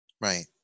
Right